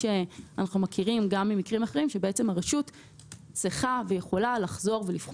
אני רוצה לתת